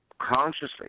consciously